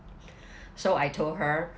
so I told her